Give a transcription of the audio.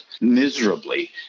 miserably